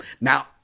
Now